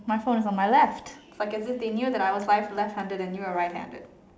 my phone is on my left if I can they knew I was left left handed and you were right handed